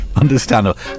understandable